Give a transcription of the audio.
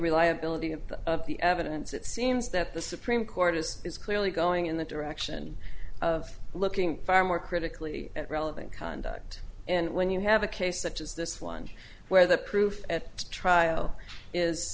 reliability of the evidence it seems that the supreme court is is clearly going in the direction of looking far more critically at relevant conduct and when you have a case such as this one where the proof at trial is